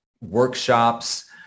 workshops